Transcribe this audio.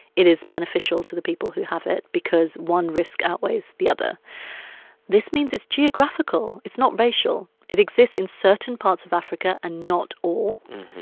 it is beneficial to the people who have it because one risk outweighs the other this means it's geographical. it's not racial. it exists in certain parts of africa and not all.